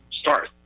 start